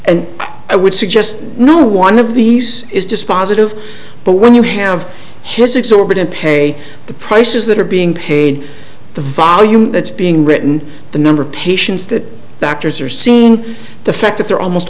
and i would suggest no one of these is dispositive but when you have his exorbitant pay the prices that are being paid the volume that's being written the number of patients that doctors are seeing the fact that they're almost